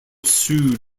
sued